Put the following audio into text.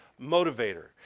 motivator